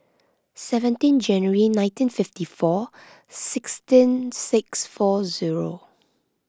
seventeen January nineteen fifty four sixteen six four zero